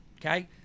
Okay